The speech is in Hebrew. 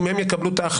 אם הם יקבלו את ההחלטה,